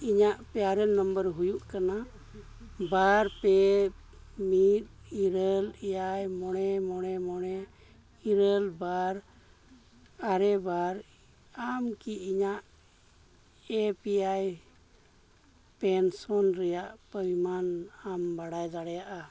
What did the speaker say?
ᱤᱧᱟᱹᱜ P R A N number ᱦᱩᱭᱩᱜ ᱠᱟᱱᱟ ᱵᱟᱨ ᱯᱮ ᱢᱤᱫ ᱤᱨᱟᱹᱞ ᱮᱭᱟᱭ ᱢᱚᱬᱮ ᱢᱚᱬᱮ ᱢᱚᱬᱮ ᱤᱨᱟᱹᱞ ᱵᱟᱨ ᱟᱨᱮ ᱵᱟᱨ ᱟᱢᱠᱤ ᱤᱧᱟᱹᱜ ᱮ ᱯᱤ ᱳᱣᱟᱭ ᱯᱮᱱᱥᱚᱱ ᱨᱮᱱᱟᱜ ᱯᱚᱨᱤᱢᱟᱱ ᱮᱢ ᱵᱟᱲᱟᱭ ᱫᱟᱲᱮᱭᱟᱜᱼᱟ